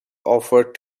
offer